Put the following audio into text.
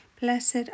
Blessed